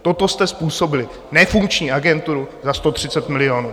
Toto jste způsobili, nefunkční agenturu za 130 milionů.